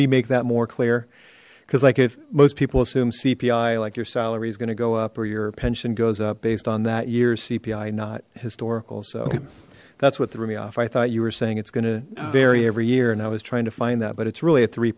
we make that more clear because like if most people assume cpi like your salary is going to go up or your pension goes up based on that year's cpi not historical so that's what the roomie off i thought you were saying it's going to vary every year and i was trying to find that but it's really at three